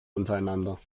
untereinander